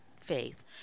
faith